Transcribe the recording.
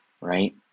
right